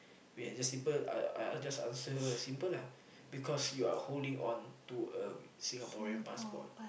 wait just simple I I just answer her simple lah because you are holding on to a Singaporean passport